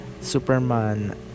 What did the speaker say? Superman